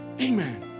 Amen